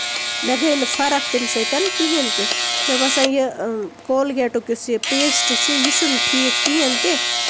مےٚ گٔے نہٕ فرق تَمہِ سۭتۍ کِہیٖنٛۍ تہِ مےٚ باسان یہِ کولگیٹُک یُس یہِ پیسٹہٕ چھُ یہِ چھُنہٕ ٹھیٖک کِہیٖنٛۍ تہِ